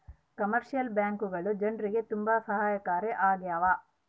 commercial ಬ್ಯಾಂಕ್ಗಳು ಜನ್ರಿಗೆ ತುಂಬಾ ಸಹಾಯಕಾರಿ ಆಗ್ಯಾವ